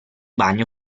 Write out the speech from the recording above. bagno